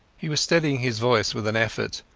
he was steadying his voice with an effort,